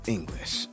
English